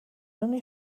only